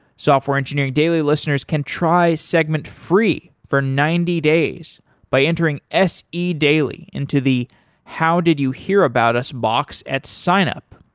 software engineering daily listeners can try segments free for ninety days by entering se daily into the how did you hear about us box at sign-up.